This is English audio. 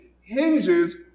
hinges